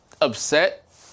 upset